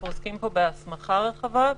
אנחנו עוסקים פה בהסמכה רחבה,